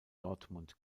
dortmund